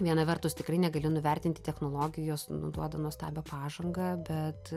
viena vertus tikrai negali nuvertinti technologijos nu duoda nuostabią pažangą bet